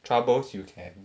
troubles you can